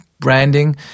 branding